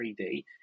3D